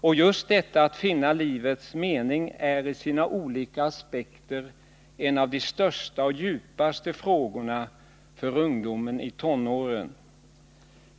Och just detta att finna livets mening är, i sina olika aspekter, en av de största och djupaste frågorna för ungdomar i tonåren.